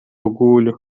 orgulho